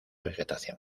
vegetación